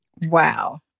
Wow